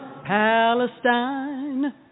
Palestine